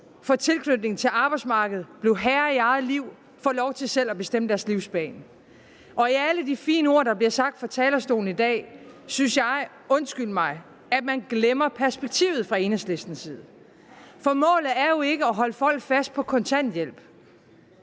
få tilknytning til arbejdsmarkedet, blive herrer i eget liv, få lov til selv at bestemme deres livsbane. I alle de fine ord, der bliver sagt fra talerstolen i dag, synes jeg – undskyld mig – at man glemmer perspektivet fra Enhedslistens side. For målet er jo ikke at holde folk fast på kontanthjælp.